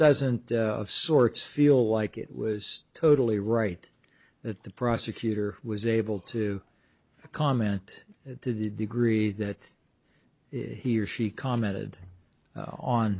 doesn't of sorts feel like it was totally right that the prosecutor was able to comment that to the degree that it he or she commented on